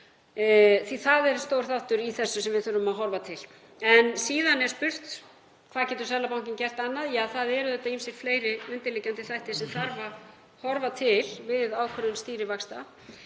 Það er stór þáttur í því sem við þurfum að horfa til. Síðan er spurt: Hvað getur Seðlabankinn gert annað? Auðvitað eru ýmsir fleiri undirliggjandi þættir sem þarf að horfa til við ákvörðun stýrivaxta,